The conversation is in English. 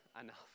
enough